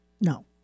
No